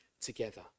together